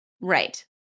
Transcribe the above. Right